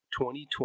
2020